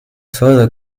further